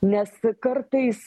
nes kartais